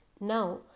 Now